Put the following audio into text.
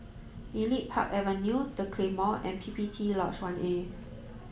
Elite Park Avenue The Claymore and P P T Lodge One A